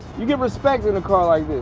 you get respect in a car like this.